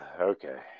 okay